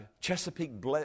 Chesapeake